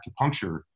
acupuncture